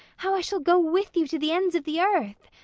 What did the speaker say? how i shall go with you to the ends of the earth.